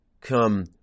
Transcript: come